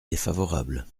défavorable